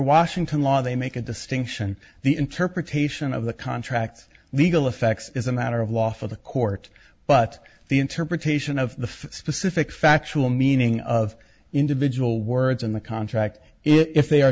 washington law they make a distinction the interpretation of the contract legal effect is a matter of law for the court but the interpretation of the specific factual meaning of individual words in the contract if they are